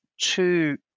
two